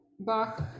Bach